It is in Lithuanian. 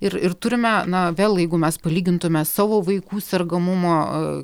ir ir turime na vėl jeigu mes palygintume savo vaikų sergamumą